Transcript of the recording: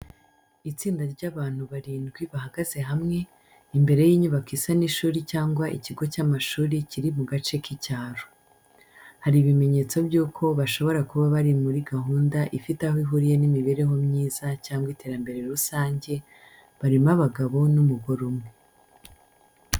Itsinda ry’abantu barindwi bahagaze hamwe, imbere y’inyubako isa n’ishuri cyangwa ikigo cy’amashuri kiri mu gace k’icyaro. Hari ibimenyetso by’uko bashobora kuba bari muri gahunda ifite aho ihuriye n’imibereho myiza cyangwa iterambere rusange, barimo abagabo n'umugore umwe.